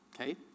Okay